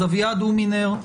אביעד הומינר,